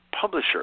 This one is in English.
publisher